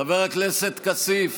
חבר הכנסת כסיף.